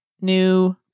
new